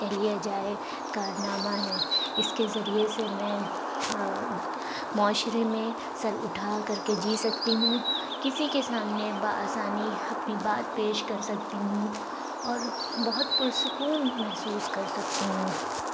کہہ لیا جائے کارنامہ ہے اس کے ذریعے سے میں معاشرے میں سر اٹھا کر کے جی سکتی ہوں کسی کے سامنے بآسانی اپنی بات پیش کر سکتی ہوں اور بہت پرسکون محسوس کر سکتی ہوں